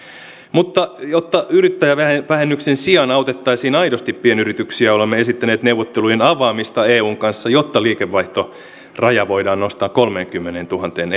mutta jotta yrittäjävähennyksen sijaan aidosti autettaisiin pienyrityksiä olemme esittäneet neuvottelujen avaamista eun kanssa jotta liikevaihtoraja voidaan nostaa kolmeenkymmeneentuhanteen